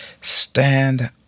stand